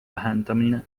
vähendamine